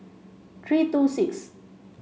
three two six